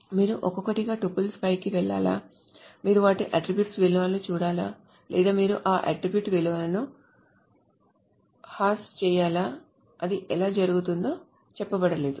మీరు ఒక్కొక్కటిగా టుపుల్స్ పైకి వెళ్లాలా మీరు వాటి అట్ట్రిబ్యూట్ విలువలను చూడాలా లేదా మీరు ఆ అట్ట్రిబ్యూట్ విలువలను హాష్ చేయాలా అది ఎలా జరుగుతుందో చెప్పబడలేదు